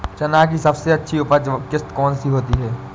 चना की सबसे अच्छी उपज किश्त कौन सी होती है?